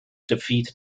defeat